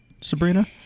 Sabrina